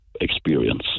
experience